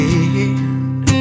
end